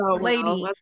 lady